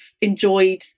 enjoyed